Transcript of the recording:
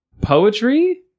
Poetry